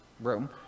room